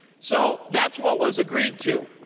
so that's what was agreed to.